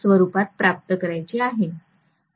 स्वरूपात प्राप्त करायची आहे